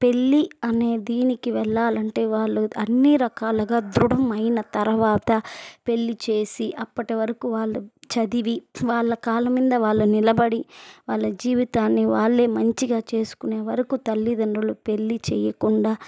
పెళ్ళి అనే దీనికి వెళ్ళాలంటే వాళ్ళు అన్నీ రకాలుగా దృఢం అయినా తర్వాత పెళ్ళి చేసి అప్పటి వరకూ వాళ్ళు చదివి వాళ్ళ కాళ్ళ మీద వాళ్ళు నిలబడి వాళ్ళ జీవితాన్ని వాళ్ళే మంచిగా చేసుకునే వరకూ తల్లిదండ్రులు పెళ్ళి చేయకుండా